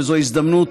זו הזדמנות